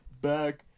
back